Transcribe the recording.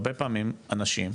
הרבה פעמים אנשים,